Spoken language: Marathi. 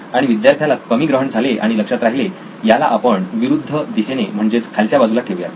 आणि विद्यार्थ्याला कमी ग्रहण झाले आणि लक्षात राहिले याला आपण विरुद्ध दिशेने म्हणजेच खालच्या बाजूला ठेवूयात